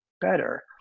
better